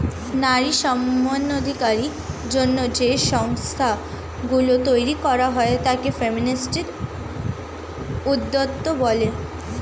নারী সমানাধিকারের জন্য যে সংস্থা গুলো তৈরী করা হয় তাকে ফেমিনিস্ট উদ্যোক্তা বলে